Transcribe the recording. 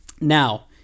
Now